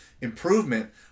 improvement